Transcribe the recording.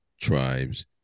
tribes